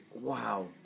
Wow